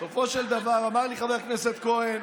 בסופו של דבר, אמר לי חבר הכנסת כהן,